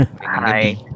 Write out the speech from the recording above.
Hi